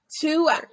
two